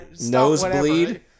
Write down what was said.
Nosebleed